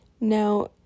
Now